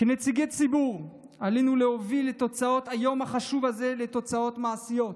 כנציגי ציבור עלינו להוביל את תוצאות היום החשוב הזה לתוצאות מעשיות.